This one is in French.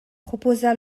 proposa